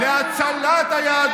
כשעשו לפני שבוע כנס להצלת היהדות,